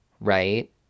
right